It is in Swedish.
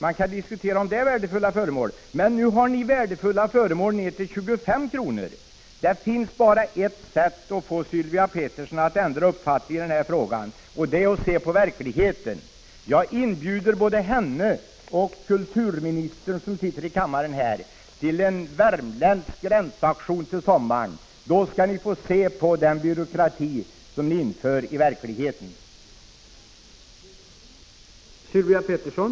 Man kan diskutera om ens det är värdefulla föremål, men ni talar ju om föremål som är värda mer till 25 kr. 45 Det finns bara ett sätt för Sylvia Pettersson att ändra uppfattning i den här frågan, och det är genom att se på verkligheten. Jag inbjuder både henne och kulturministern, som sitter här i kammaren, till en värmländsk gränsauktion till sommaren. Då skall ni få se hur den byråkrati ni inför fungerar i verkligheten.